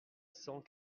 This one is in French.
cent